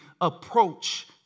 approach